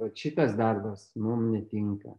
vat šitas darbas mum netinka